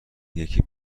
یکی